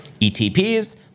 etps